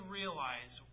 realize